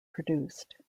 produced